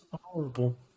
horrible